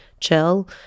chill